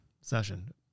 session